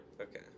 Okay